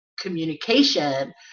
communication